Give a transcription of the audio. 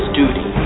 duty